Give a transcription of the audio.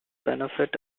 benefit